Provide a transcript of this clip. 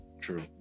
True